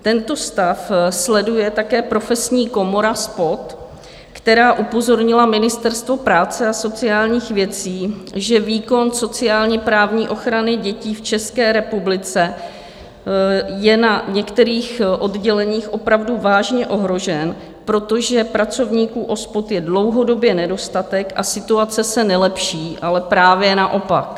Tento stav sleduje také Profesní komora SPOD, která upozornila Ministerstvo práce a sociálních věcí, že výkon sociálněprávní ochrany dětí v České republice je na některých odděleních opravdu vážně ohrožen, protože pracovníků OSPOD je dlouhodobě nedostatek, a situace se nelepší, ale právě naopak.